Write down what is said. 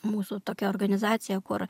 mūsų tokia organizacija kur